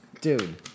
Dude